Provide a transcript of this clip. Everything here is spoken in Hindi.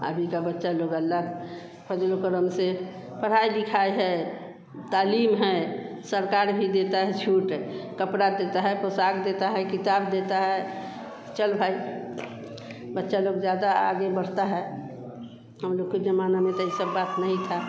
अभी के बच्चे लोग अल्लाह फज़लो करम से पढ़ाई लिखाई है तालीम है सरकार भी देती है छूट कपड़े देते हैं पोशाक़ देते हैं किताब देते हैं चल भाई बच्चे लोग ज़्यादा आगे बढ़ते हैं हम लोग के ज़माना में तो ये सब बात नहीं थी